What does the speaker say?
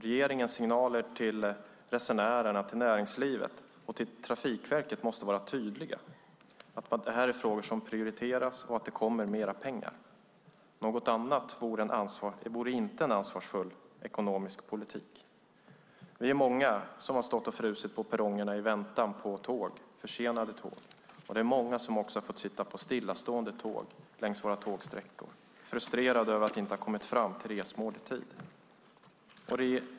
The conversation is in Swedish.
Regeringens signaler till resenärerna, näringslivet och Trafikverket måste vara tydliga om att det här är frågor som prioriteras och om att mer pengar kommer. Något annat vore inte en ansvarsfull ekonomisk politik. Vi som stått och frusit på perronger i väntan på försenade tåg är många. Det är också många som fått sitta på stillastående tåg på våra tågsträckor frustrerade över att inte i tid komma fram till resmålet.